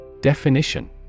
Definition